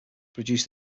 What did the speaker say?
produce